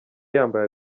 yambaye